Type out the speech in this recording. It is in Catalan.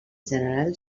general